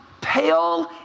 pale